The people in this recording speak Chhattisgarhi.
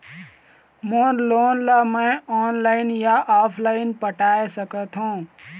मोर लोन ला मैं ऑनलाइन या ऑफलाइन पटाए सकथों?